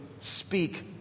speak